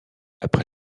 après